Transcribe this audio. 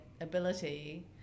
ability